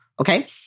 okay